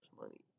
money